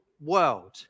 world